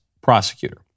prosecutor